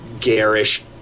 garish